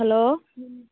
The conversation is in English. hello